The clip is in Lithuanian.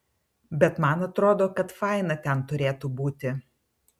bet man atrodo kad faina ten turėtų būti